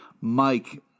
Mike